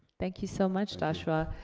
thank you so much, joshua.